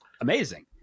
amazing